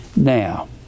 Now